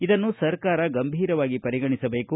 ಇದನ್ನು ಸರ್ಕಾರ ಗಂಭೀರವಾಗಿ ಪರಿಗಣಿಸಬೇಕು